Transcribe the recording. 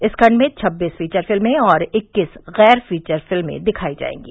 इस खंड में छब्बीस फीचर फिल्में और इक्कीस गैर फीचर फिल्में दिखाई जाएंगी